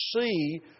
see